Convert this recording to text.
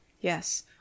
Yes